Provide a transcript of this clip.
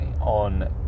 on